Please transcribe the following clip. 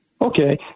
Okay